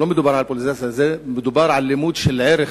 לא מדובר על פוליטיזציה, מדובר על לימוד של ערך,